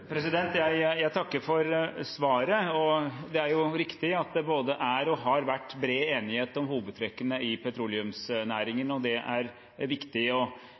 Jeg takker for svaret. Det er riktig at det både er og har vært bred enighet om hovedtrekkene i petroleumsnæringen, og det er